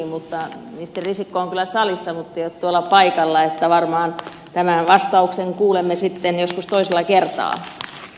ministeri risikko on kyllä salissa mutta ei ole tuolla paikallaan että varmaan tämän vastauksen kuulemme sitten joskus toisella kertaa